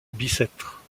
bicêtre